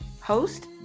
host